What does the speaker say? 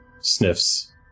sniffs